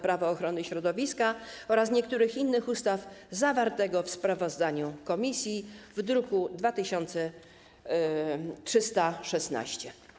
Prawo ochrony środowiska oraz niektórych innych ustaw, zawartego w sprawozdaniu komisji w druku nr 2316.